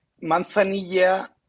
manzanilla